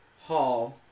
Hall